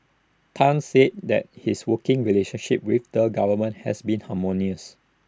Tan said that his working relationship with the government has been harmonious